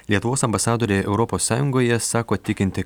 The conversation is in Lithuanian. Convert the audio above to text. lietuvos ambasadorė europos sąjungoje sako tikinti